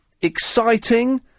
exciting